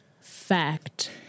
fact